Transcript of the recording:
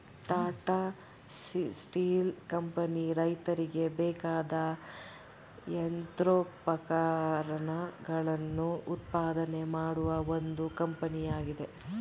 Tata steel company ರೈತರಿಗೆ ಬೇಕಾದ ಯಂತ್ರೋಪಕರಣಗಳನ್ನು ಉತ್ಪಾದನೆ ಮಾಡುವ ಒಂದು ಕಂಪನಿಯಾಗಿದೆ